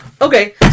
Okay